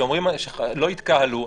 כשאומרים לא יתקהלו,